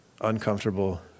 uncomfortable